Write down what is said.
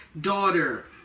daughter